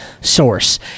source